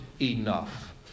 enough